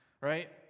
right